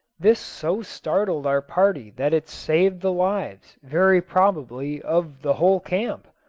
this so startled our party that it saved the lives, very probably, of the whole camp.